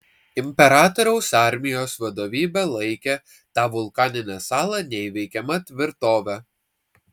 imperatoriaus armijos vadovybė laikė tą vulkaninę salą neįveikiama tvirtove